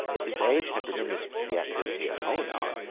since age had diminished the activity of maynard,